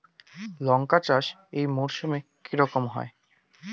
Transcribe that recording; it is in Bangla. লঙ্কা চাষ এই মরসুমে কি রকম হয়?